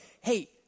hey